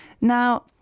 Now